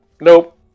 Nope